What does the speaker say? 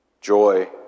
joy